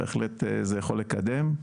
בהחלט זה יכול לקדם,